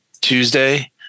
Tuesday